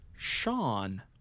sean